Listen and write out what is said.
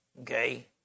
okay